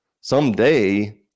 someday